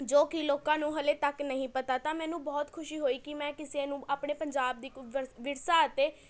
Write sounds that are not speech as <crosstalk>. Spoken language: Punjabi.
ਜੋ ਕਿ ਲੋਕਾਂ ਨੂੰ ਹਲੇ ਤੱਕ ਨਹੀਂ ਪਤਾ ਤਾਂ ਮੈਨੂੰ ਬਹੁਤ ਖੁਸ਼ੀ ਹੋਈ ਕਿ ਮੈਂ ਕਿਸੇ ਨੂੰ ਆਪਣੇ ਪੰਜਾਬ ਦੀ <unintelligible> ਵਿਰਸਾ ਅਤੇ